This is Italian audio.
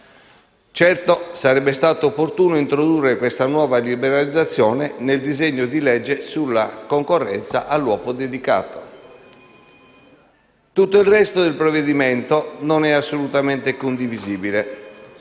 Certo, sarebbe stato opportuno introdurre questa nuova liberalizzazione nel disegno di legge sulla concorrenza all'uopo dedicato. Tutto il resto del provvedimento non è assolutamente condivisibile.